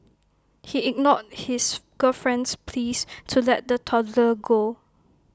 he ignored his girlfriend's pleas to let the toddler go